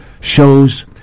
shows